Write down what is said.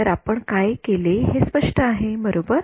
तर आपण काय केले हे स्पष्ट आहे बरोबर